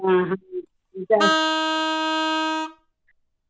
तो मोबाईल ज़्यादा गरम हो रहा नहीं ना होता है